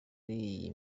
yindi